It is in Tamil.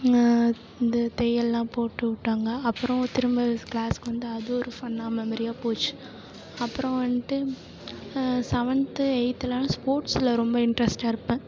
இது தையல்லாம் போட்டு விட்டாங்க அப்புறம் திரும்ப க்ளாஸுக்கு வந்து அது ஒரு ஃபன்னான மெமரியாக போச்சு அப்பறம் வந்துட்டு செவன்த்து எயித்துலலாம் ஸ்போர்ட்ஸில் ரொம்ப இன்ட்ரெஸ்டாக இருப்பேன்